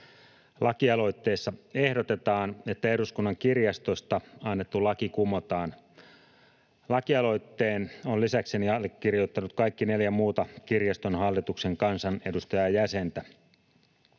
Lakialoitteessa ehdotetaan, että Eduskunnan kirjastosta annettu laki kumotaan. Lakialoitteen ovat lisäkseni allekirjoittaneet kaikki neljä muuta kirjaston hallituksen kansanedustajajäsentä.